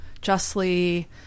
justly